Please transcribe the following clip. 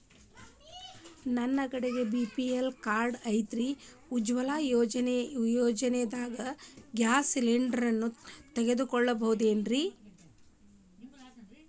ನನ್ನ ಕಡೆ BPL card ಐತ್ರಿ, ಉಜ್ವಲಾ ಯೋಜನೆದಾಗ ಗ್ಯಾಸ್ ಸಿಲಿಂಡರ್ ತೊಗೋಬಹುದೇನ್ರಿ?